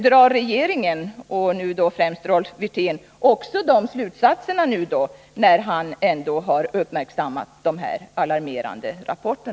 Drar regeringen och nu främst Rolf Wirtén också de slutsatserna, när han nu ändå har uppmärksammat dessa alarmerande rapporter?